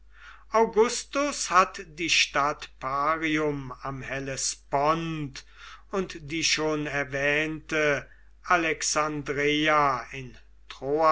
augustus hat die stadt parium am hellespont und die schon erwähnte alexandreia in